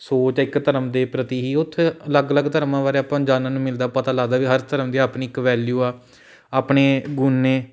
ਸੋਚ ਹੈ ਇੱਕ ਧਰਮ ਦੇ ਪ੍ਰਤੀ ਹੀ ਉੱਥੇ ਅਲੱਗ ਅਲੱਗ ਧਰਮਾਂ ਬਾਰੇ ਆਪਾਂ ਨੂੰ ਜਾਣਨ ਨੂੰ ਮਿਲਦਾ ਪਤਾ ਲੱਗਦਾ ਵੀ ਹਰ ਧਰਮ ਦੀ ਆਪਣੀ ਇੱਕ ਵੈਲਯੂ ਆ ਆਪਣੇ ਗੁਣ ਨੇ